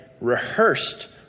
rehearsed